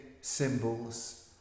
symbols